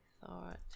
thought